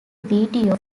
video